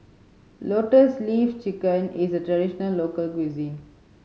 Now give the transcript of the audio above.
Lotus Leaf Chicken is a traditional local cuisine